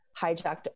hijacked